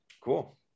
cool